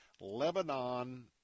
Lebanon